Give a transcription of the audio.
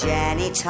Jenny